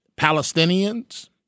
Palestinians